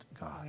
God